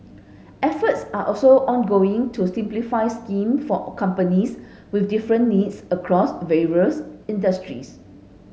efforts are also ongoing to simplify scheme for companies with different needs across various industries